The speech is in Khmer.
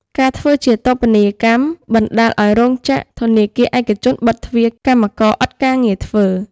ការធ្វើជាតូបនីយកម្ម បណ្តាលឲ្យរោងចក្រ ធនាគារឯកជនបិតទ្វារកម្មករអត់ការងារធ្វើ។